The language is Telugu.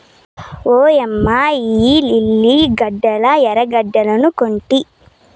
ఓయమ్మ ఇయ్యి లిల్లీ గడ్డలా ఎర్రగడ్డలనుకొంటి